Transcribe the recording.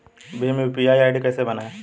Bhim UPI ID कैसे बनाएं?